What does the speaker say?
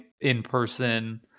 in-person